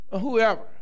whoever